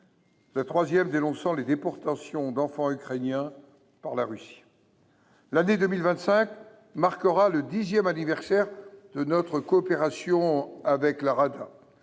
la troisième dénonçant les déportations d’enfants ukrainiens par la Russie. L’année 2025 marquera le dixième anniversaire de notre coopération avec la Rada.